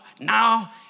now